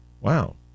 Wow